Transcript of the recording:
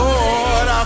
Lord